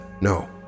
no